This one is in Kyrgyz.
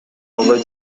албай